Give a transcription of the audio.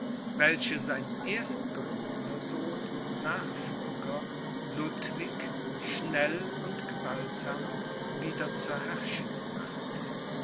welche sein erstgeborner sohn und nachfolger ludwig schnell und gewaltsam wieder zur herrschenden machte